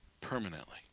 permanently